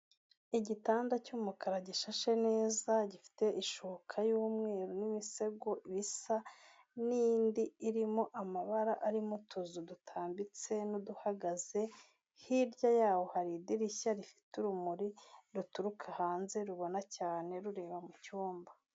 Igitanda cy'umukara gishashe neza gifite ishuka y'umweru n'imisego bisa n'indi irimo amabara arimo utuzu dutambitse n'uduhagaze hirya yaho hari idirishya rifite urumuri ruturuka hanze rubona cyane rureba mu icyumba.